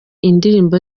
indirimbo